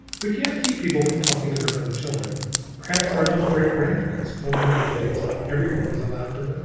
we can't keep people from talking to their own children perhaps ernol's great-grandparents told him of the days when every one was allowed to vote.